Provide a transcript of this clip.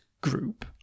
group